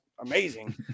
amazing